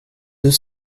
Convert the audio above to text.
deux